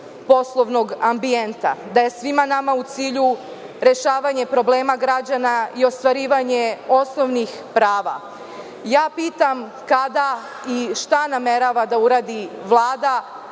poslovnog ambijenta, da je svima nama u cilju rešavanje problema građana i ostvarivanje osnovnih prava, pitam kada i šta namerava da uradi Vlada